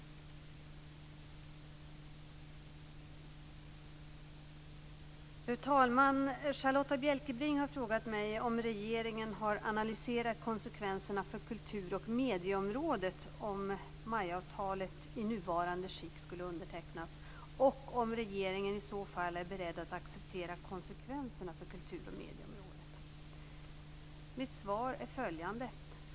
Charlotta Bjälkebring har frågat mig om regeringen har analyserat konsekvenserna för kultur och medieområdet om MAI-avtalet i nuvarande skick skulle undertecknas och om regeringen i så fall är beredd att acceptera konsekvenserna för kulturoch medieområdet. Mitt svar är följande.